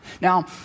Now